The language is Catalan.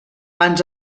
ans